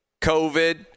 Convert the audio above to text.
COVID